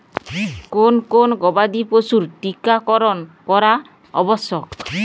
কোন কোন গবাদি পশুর টীকা করন করা আবশ্যক?